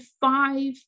five